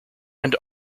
and